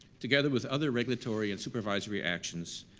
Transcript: together with other regulatory and supervisory actions,